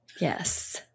Yes